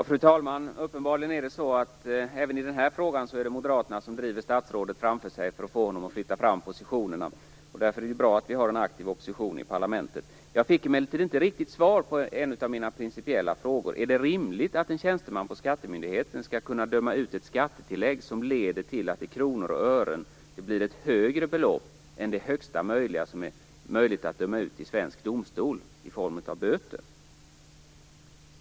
Fru talman! Uppenbarligen är det också i den här frågan Moderaterna som driver statsrådet framför sig för att få honom att flytta fram positionerna. Därför är det bra att det finns en aktiv opposition i parlamentet. Jag fick emellertid inget riktigt svar på en av mina principiella frågor. Är det rimligt att en tjänsteman på skattemyndigheten skall kunna besluta om ett skattetillägg som leder till ett i kronor och ören högre belopp än det högsta belopp i form av böter som är möjligt att fastställa i svensk domstol?